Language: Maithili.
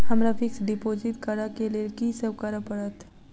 हमरा फिक्स डिपोजिट करऽ केँ लेल की सब करऽ पड़त?